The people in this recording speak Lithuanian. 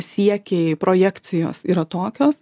siekiai projekcijos yra tokios